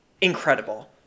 incredible